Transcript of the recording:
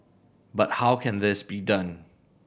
but how can this be done